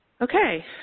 Okay